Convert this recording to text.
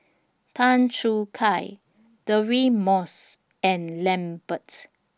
Tan Choo Kai Deirdre Moss and Lambert